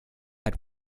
had